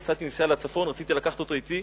נסעתי לצפון ורציתי לקחת אותו אתי,